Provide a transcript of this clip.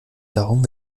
darum